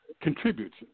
contributes